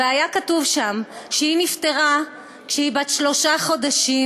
והיה כתוב שם שהיא נפטרה כשהיא בת שלושה חודשים